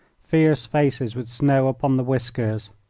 fierce faces with snow upon the whiskers.